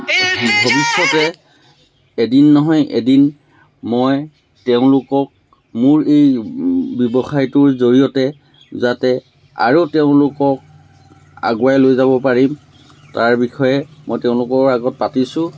ভৱিষ্যতে এদিন নহয় এদিন মই তেওঁলোকক মোৰ এই ব্যৱসায়টোৰ জৰিয়তে যাতে আৰু তেওঁলোকক আগুৱাই লৈ যাব পাৰিম তাৰ বিষয়ে মই তেওঁলোকৰ আগত পাতিছোঁ